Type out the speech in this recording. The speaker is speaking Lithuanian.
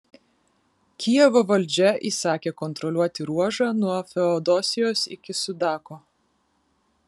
kijevo valdžia įsakė kontroliuoti ruožą nuo feodosijos iki sudako